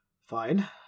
Fine